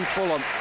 Fulham